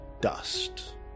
dust